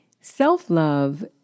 Self-love